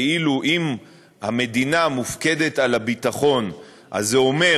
כאילו אם המדינה מופקדת על הביטחון אז זה אומר